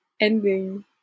ending